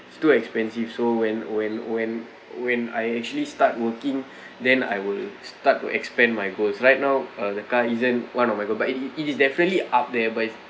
still expensive so when when when when I actually start working then I will start to expand my goals right now uh the car isn't one of my goal but it it is definitely up there but is